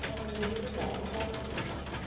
তারা নেভিতে চাকরি পাওয়ার সুযোগ পায়